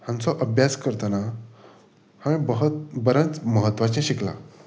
हांचो अभ्यास करतना हांवें बरेंच म्हत्वाचें शिकलां